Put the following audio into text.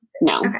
no